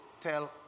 tell